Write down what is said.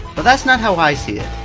but that's not how i see it.